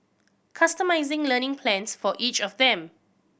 customising learning plans for each of them